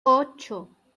ocho